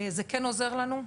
זה כן עוזר לנו,